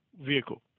vehicle